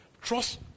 Trust